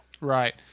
Right